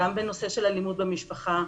גם בנושא של אלימות במשפחה,